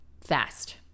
fast